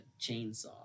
chainsaw